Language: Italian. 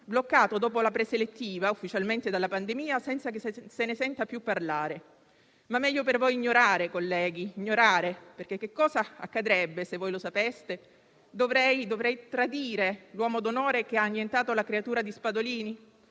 bloccato dopo la prova preselettiva, ufficialmente dalla pandemia, senza che se ne senta più parlare. Meglio per voi ignorare, colleghi, perché che cosa accadrebbe se voi lo sapeste? Dovreste tradire l'uomo d'onore che ha annientato la creatura di Spadolini?